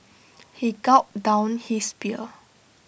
he gulped down his beer